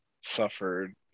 suffered